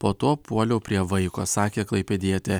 po to puoliau prie vaiko sakė klaipėdietė